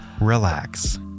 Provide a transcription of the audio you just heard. relax